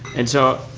and so